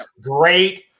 great